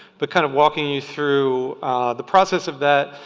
but kind of walking you through the process of that,